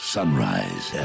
Sunrise